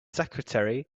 secretary